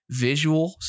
visuals